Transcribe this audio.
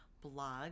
blog